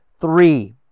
three